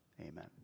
Amen